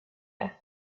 det